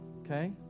Okay